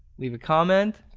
leave a comment.